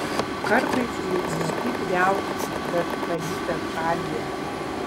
kartais ji ne tik viauksi bet skalyte skalija